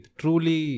truly